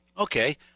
Okay